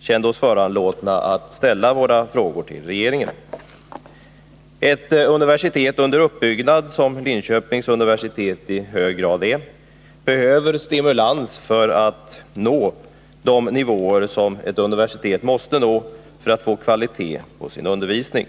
kände oss föranlåtna att ställa våra frågor till regeringen. Ett universitet under uppbyggnad, som Linköpings universitet i hög grad är, behöver stimulans för att nå de nivåer som ett universitet måste nå för att få kvalitet i sin undervisning.